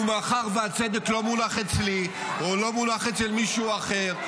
מאחר שהצדק לא מונח אצלי או אצל מישהו אחר,